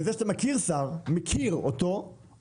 בזה שאתה מכיר שר אתה כבר נגוע.